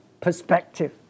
perspective